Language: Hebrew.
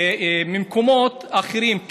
ממקומות אחרים.